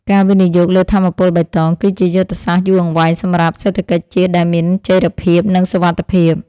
ការវិនិយោគលើថាមពលបៃតង គឺជាយុទ្ធសាស្ត្រយូរអង្វែងសម្រាប់សេដ្ឋកិច្ចជាតិដែលមានចីរភាពនិងសុវត្ថិភាព។